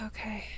Okay